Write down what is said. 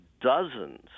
dozens